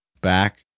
back